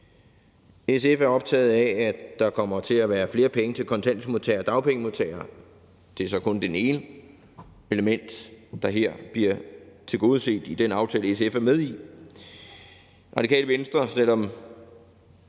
SF er optaget af, at der kommer til at være flere penge til kontanthjælpsmodtagere og dagpengemodtagere. Det er så kun det ene element, der bliver tilgodeset i den aftale, SF er med i. Jeg prøvede at spørge